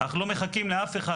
הורדנו את זה בכמעט